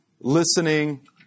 listening